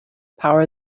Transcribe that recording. power